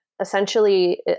essentially